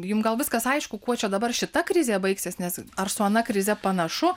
jum gal viskas aišku kuo čia dabar šita krizė baigsis nes ar su ana krize panašu